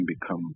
become